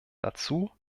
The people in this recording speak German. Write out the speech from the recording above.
dazu